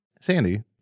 Sandy